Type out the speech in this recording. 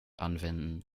anwenden